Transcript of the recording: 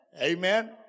amen